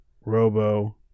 Robo